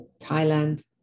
Thailand